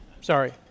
Sorry